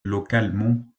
localement